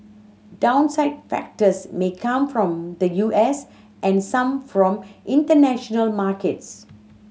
downside factors may come from the U S and some from international markets